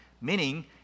meaning